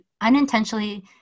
unintentionally